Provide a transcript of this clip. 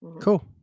Cool